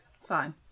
Fine